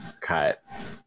cut